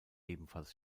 ebenfalls